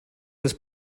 was